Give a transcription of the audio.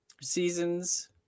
seasons